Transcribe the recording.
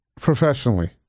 Professionally